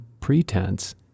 pretense